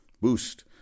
boost